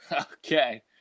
Okay